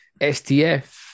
STF